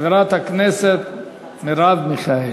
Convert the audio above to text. חברת הכנסת מרב מיכאלי.